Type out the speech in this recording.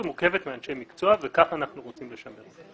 היא מורכבת מאנשי מקצוע וכך אנחנו רוצים לשמר אותה.